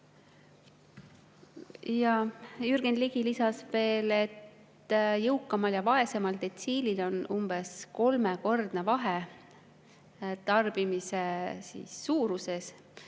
Jürgen Ligi lisas veel, et jõukamatel ja vaesematel detsiilidel on umbes kolmekordne vahe tarbimise suuruses,